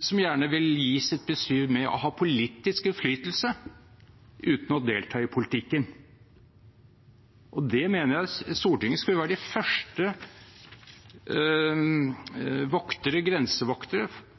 som gjerne vil gi sitt besyv med og ha politisk innflytelse uten å delta i politikken. Jeg mener Stortinget skulle være de første voktere – grensevoktere